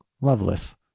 loveless